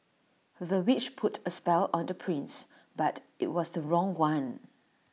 the witch put A spell on the prince but IT was the wrong one